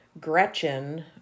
Gretchen